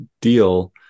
deal